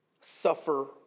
suffer